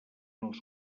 als